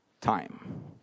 time